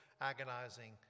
agonizing